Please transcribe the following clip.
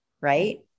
right